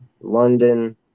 London